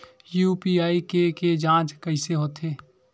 UPI के के जांच कइसे होथे?